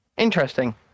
Interesting